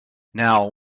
now